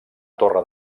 torre